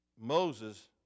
Moses